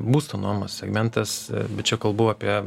būsto nuomos segmentas bet čia kalbu apie